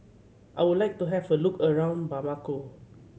I would like to have a look around Bamako